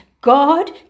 God